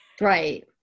right